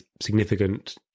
significant